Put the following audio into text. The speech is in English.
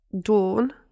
dawn